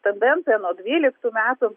tendencija nuo dvyliktų metų